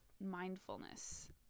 mindfulness